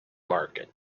market